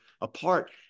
apart